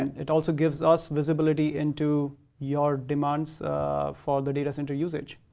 it also gives us visibility into your demands for the data center usage.